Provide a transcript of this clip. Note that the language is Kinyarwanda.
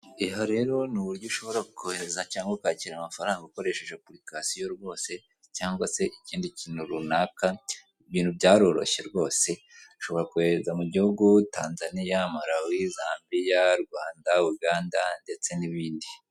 Aha rero ni uburyo ushobora kohereza cyangwa ukakira amafaranga ukoresheje apulikasiyo rwose cyangwa se ikindi kintu runaka ibintu byaroroshye rwose ushobora kohereza mu gihugu Tanzaniya, Malawi, Zambia, Rwanda, Uganda ndetse n'ibindi.